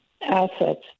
assets